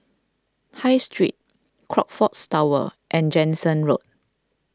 High Street Crockfords Tower and Jansen Road